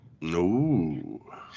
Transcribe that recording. No